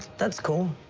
that's cool.